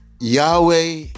Yahweh